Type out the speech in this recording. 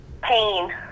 pain